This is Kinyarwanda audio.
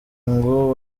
ngo